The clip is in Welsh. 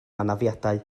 anafiadau